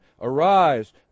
Arise